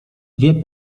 dwie